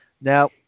Now